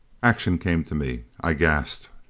action came to me. i gasped,